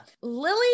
Lily